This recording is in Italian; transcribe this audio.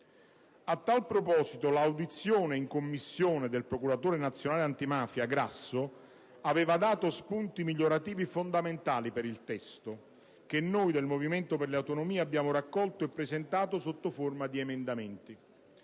A tal proposito, l'audizione in Commissione del procuratore nazionale antimafia Grasso aveva dato spunti migliorativi fondamentali per il testo, che noi del Movimento per le Autonomie abbiamo raccolto e presentato sotto forma di emendamenti.